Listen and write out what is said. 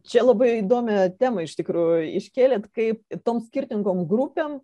čia labai įdomią temą iš tikrųjų iškėlėt kaip toms skirtingom grupėm